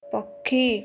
ପକ୍ଷୀ